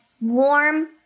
warm